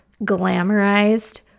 glamorized